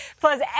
Plus